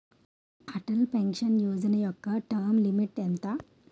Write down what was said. Atal pension Yojana యెక్క term limit ఎంత?